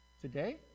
today